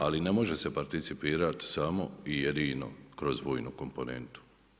Ali ne može se participirati samo i jedino kroz vojnu komponentu.